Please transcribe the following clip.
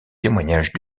témoignage